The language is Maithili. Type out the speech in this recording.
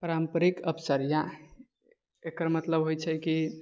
पारम्परिक अपचर्या एकर मतलब होइ छै कि